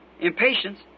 Impatience